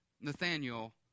Nathaniel